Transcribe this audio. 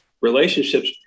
relationships